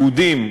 יהודים,